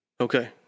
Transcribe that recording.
Okay